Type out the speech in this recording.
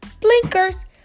blinkers